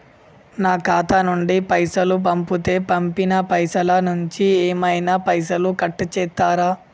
నా ఖాతా నుండి పైసలు పంపుతే పంపిన పైసల నుంచి ఏమైనా పైసలు కట్ చేత్తరా?